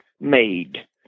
made